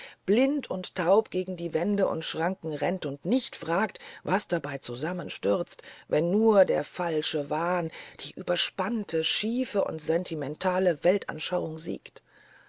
blind und taub gegen die wände und schranken rennt und nicht fragt was dabei zusammenstürzt wenn nur der falsche wahn die überspannte schiefe und sentimentale weltanschauung siegt